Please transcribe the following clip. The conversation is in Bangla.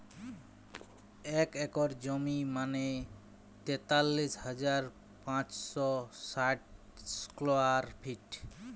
এক একর জমি মানে তেতাল্লিশ হাজার পাঁচশ ষাট স্কোয়ার ফিট